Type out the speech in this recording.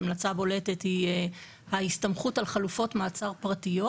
ההמלצה הבולטת היא ההסתמכות על חלופות מעצר פרטיות